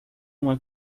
uma